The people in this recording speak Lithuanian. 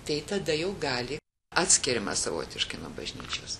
tai tada jau gali atskiriamas savotiškai nuo bažnyčios